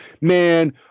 man